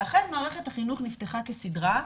ואכן מערכת החינוך נפתחה כסדרה,